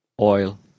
oil